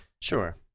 sure